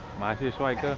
my chinese like